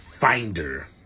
finder